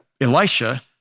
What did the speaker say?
Elisha